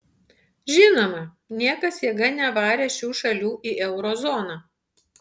žinoma niekas jėga nevarė šių šalių į euro zoną